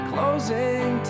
Closing